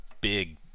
big